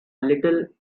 little